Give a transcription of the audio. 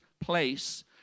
place